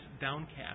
downcast